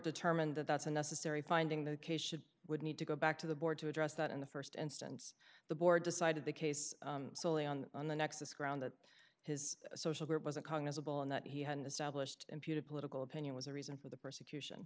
determined that that's a necessary finding that case should be would need to go back to the board to address that in the st instance the board decided the case solely on on the nexus ground that his social group was a cognizable and that he had an established imputed political opinion was a reason for the persecution